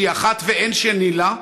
שהיא אחת ואין שנייה לה,